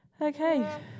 Okay